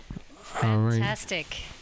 Fantastic